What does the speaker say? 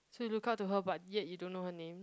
so you look up to her but yet you don't know her name